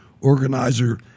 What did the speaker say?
organizer